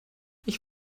ich